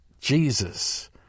Jesus